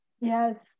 yes